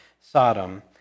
Sodom